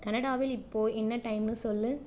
கனடாவில் இப்போது என்ன டைம்னு சொல்